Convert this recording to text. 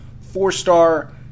four-star